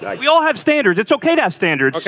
we all have standards it's ok to have standards.